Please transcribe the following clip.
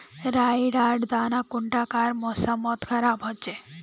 राई लार दाना कुंडा कार मौसम मोत खराब होचए?